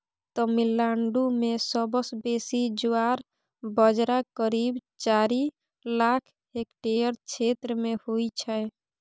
तमिलनाडु मे सबसँ बेसी ज्वार बजरा करीब चारि लाख हेक्टेयर क्षेत्र मे होइ छै